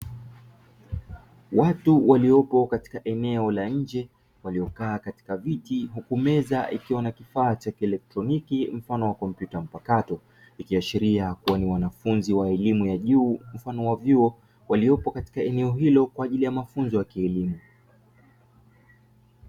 Watu waliopo katika eneo la nje waliokaa katika viti huku meza iliyo na kifaa cha kielektroniki mfano wa kompyuta mpakato ikiashiria ni wanafunzi wa elimu ya juu mfano wa vyuo waliopo katika eneo hilo kwa ajili ya mafunzo ya kielimu.